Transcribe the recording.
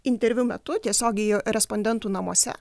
interviu metu tiesiogiai respondentų namuose